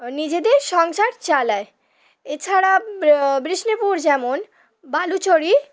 নিজেদের সংসার চালায় এছাড়া বিষ্ণুপুর যেমন বালুচরী